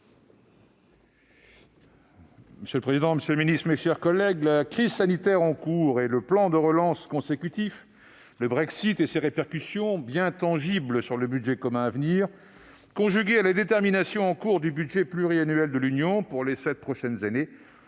Monsieur le président, monsieur le secrétaire d'État, mes chers collègues, la crise sanitaire en cours et le plan de relance consécutif, le Brexit et ses répercussions, bien tangibles sur le budget commun à venir, conjugués à la détermination en cours du cadre financier pluriannuel de l'Union pour les sept prochaines années